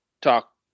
talk